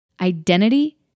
Identity